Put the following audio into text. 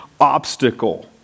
obstacle